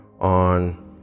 on